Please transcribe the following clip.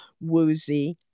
woozy